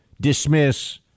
dismiss